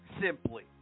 simply